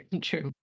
True